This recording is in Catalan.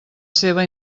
seva